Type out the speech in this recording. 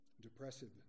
depressive